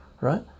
right